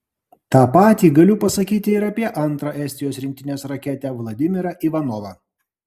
tą patį galiu pasakyti ir apie antrą estijos rinktinės raketę vladimirą ivanovą